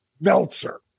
Meltzer